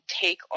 take